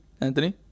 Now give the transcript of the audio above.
Anthony